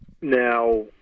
Now